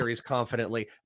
confidently